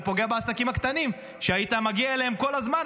אתה פוגע בעסקים הקטנים שהיית מגיע אליהם כל הזמן,